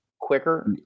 Quicker